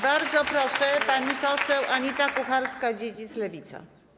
Bardzo proszę, pani poseł Anita Kucharska-Dziedzic, Lewica.